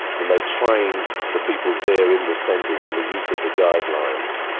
then they train the people there in the centres in the use of the guidelines.